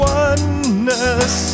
oneness